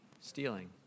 stealing